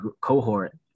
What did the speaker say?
cohort